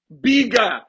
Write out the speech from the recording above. bigger